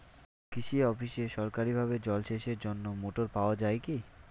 কৃষি অফিসে সরকারিভাবে জল সেচের জন্য মোটর পাওয়া যায় কি?